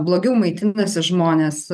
blogiau maitinasi žmonės